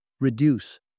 Reduce